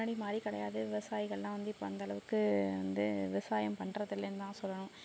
முன்னாடி மாதிரி கிடயாது விவசாயிகள்லாம் வந்து இப்போ அந்த அளவுக்கு வந்து விவசாயம் பண்றதில்லன் தான் சொல்லணும்